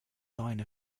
line